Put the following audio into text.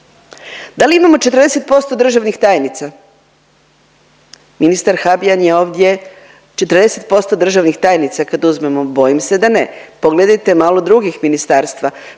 Da li imamo 40% državnih tajnica? Ministar Habijan je ovdje 40% državnih tajnica kad uzmemo bojim se da ne. Pogledajte malo drugih ministarstva,